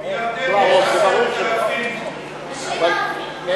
בירדן יש 10,000. רק בירדן יש 10,000. בסדר,